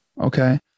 Okay